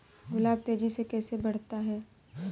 गुलाब तेजी से कैसे बढ़ता है?